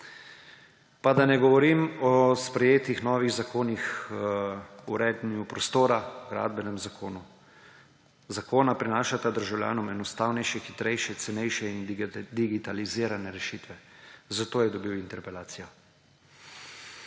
Pa da ne govorim o sprejetih novih zakonih: Zakonu o urejanju prostora in Gradbenem zakonu. Zakona prinašata državljanom enostavnejše, hitrejše, cenejše in digitalizirane rešitve. Zato je dobil interpelacijo?